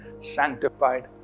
sanctified